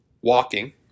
Walking